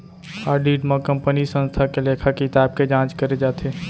audit म कंपनीय संस्था के लेखा किताब के जांच करे जाथे